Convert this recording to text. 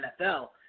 NFL